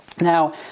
Now